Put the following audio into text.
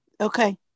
Okay